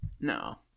No